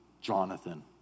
Jonathan